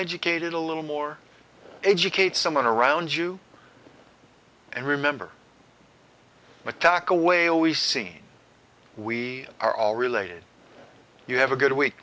educated a little more educate someone around you and remember attack away always seen we are all related you have a good week